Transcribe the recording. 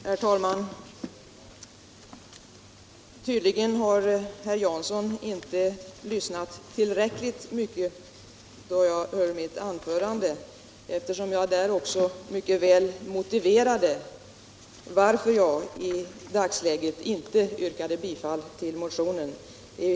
Herr talman! Tydligen lyssnade inte herr Jansson tillräckligt då jag höll mitt anförande, eftersom jag mycket väl motiverade varför jag i dagsläget inte ville yrka bifall till motionen.